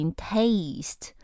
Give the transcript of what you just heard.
taste